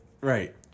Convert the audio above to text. Right